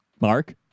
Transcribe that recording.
Mark